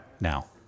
Now